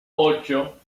ocho